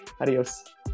Adios